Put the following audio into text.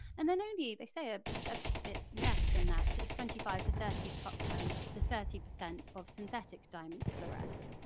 and then only, they say, a ah bit less than that so twenty five to thirty um to thirty percent of synthetic diamonds fluoresce,